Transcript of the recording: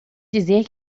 dizer